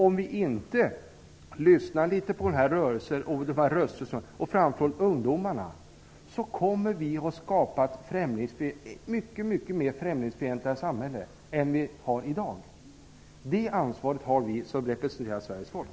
Om vi inte lyssnar på dessa röster från framför allt ungdomarna, kommer vi att skapa ett mer främlingsfientligt samhälle än det som finns i dag. Det ansvaret har vi som representerar Sveriges folk.